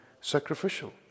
Sacrificial